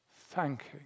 thanking